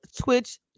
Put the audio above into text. Twitch